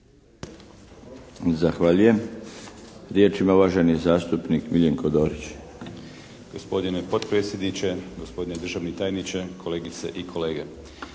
Zahvaljujem. Riječ ima uvaženi zastupnik Miljenko Dorić. **Dorić, Miljenko (HNS)** Gospodine potpredsjedniče, gospodine državni tajniče, kolegice i kolege.